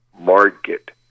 market